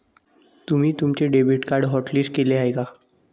तुम्ही तुमचे debit card hotlist केले आहे का?